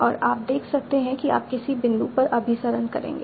और आप देख सकते हैं कि आप किसी बिंदु पर अभिसरण करेंगे